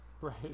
right